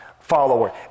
follower